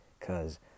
Cause